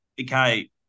okay